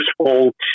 useful